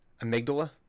Amygdala